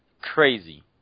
crazy